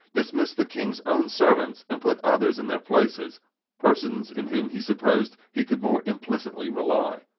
dismissed the king's own servants and put others in their places persons in whom he supposed he could more implicitly rely.